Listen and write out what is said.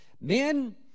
Men